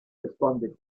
responded